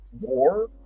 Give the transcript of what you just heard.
war